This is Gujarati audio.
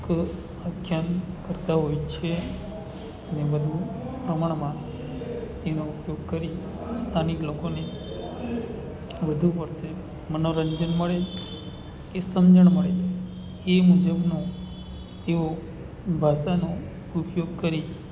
ક આખ્યાન કરતા હોય છે અને વધુ પ્રમાણમાં તેનો ઉપયોગ કરી સ્થાનિક લોકોને વધુ પડતે મનોરંજન મળે કે સમજણ મળે એ મુજબનો તેઓ ભાષાનો ઉપયોગ કરી